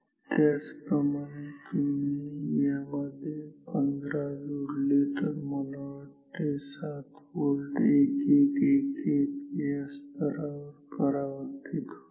त्याचप्रमाणे तुम्ही यामध्ये 15 जोडले तर मला वाटते 7 व्होल्ट 1111 या स्तरावर परावर्तित होईल